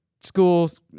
schools